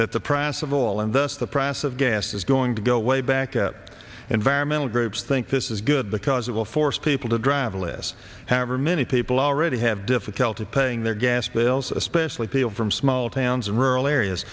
that the price of oil and thus the price of gas is going to go way back at environmental groups think this is good because it will force people to drive less however many people already have difficulty paying their gas bills especially people from small towns and rural areas